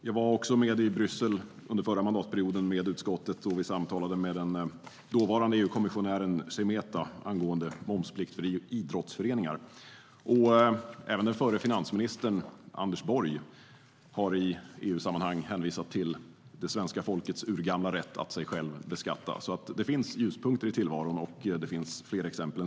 Jag var med utskottet i Bryssel under förra mandatperioden, och vi samtalade då med dåvarande EU-kommissionären Semeta om momsplikt för idrottsföreningar. Även den förre finansministern Anders Borg har i EU-sammanhang hänvisat till det svenska folkets urgamla rätt att sig själv beskatta. Det finns alltså ljuspunkter i tillvaron, och det finns fler exempel.